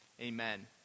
amen